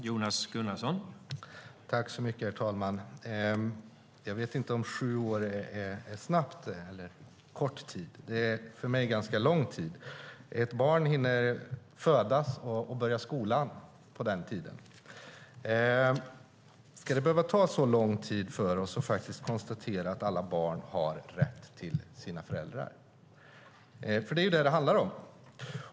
Herr talman! Jag vet inte om sju år är kort tid. Det är för mig lång tid. Ett barn hinner födas och börja skolan på den tiden. Ska det behöva ta så lång tid för oss att konstatera att alla barn har rätt till sina föräldrar? Det är vad det handlar om.